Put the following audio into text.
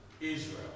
Israel